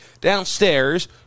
downstairs